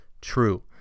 true